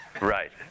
Right